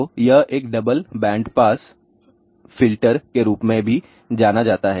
तो यह एक डबल बैंड बैंडपास फ़िल्टर के रूप में भी जाना जाता है